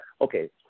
Okay